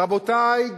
רבותי,